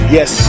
Yes